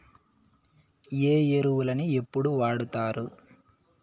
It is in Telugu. ఏ ఎరువులని ఎప్పుడు వాడుతారు?